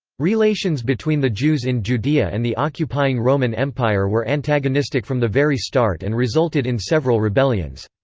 relations between the jews in judea and the occupying roman empire were antagonistic from the very start and resulted in several rebellions.